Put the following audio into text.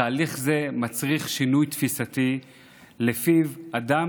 תהליך זה מצריך שינוי תפיסתי שלפיו אדם